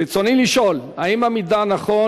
רצוני לשאול: 1. האם המידע נכון?